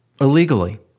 Illegally